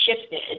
shifted